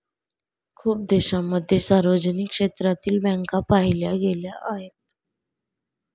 खूप देशांमध्ये सार्वजनिक क्षेत्रातील बँका पाहिल्या गेल्या आहेत